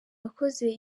wakoze